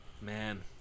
Man